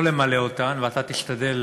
לא למלא אותן ואתה תשתדל